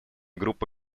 группы